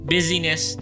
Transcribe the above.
Busyness